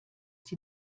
sie